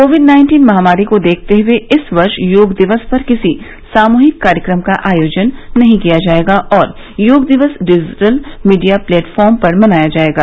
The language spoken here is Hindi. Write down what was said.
कोविड नाइन्टीन महामारी को देखते हुए इस वर्ष योग दिवस पर किसी सामूहिक कार्यक्रम का आयोजन नहीं किया जाएगा और योग दिवस डिजिटल मीडिया प्लेटफॉर्म पर मनाया जाएगा